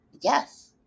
Yes